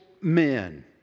men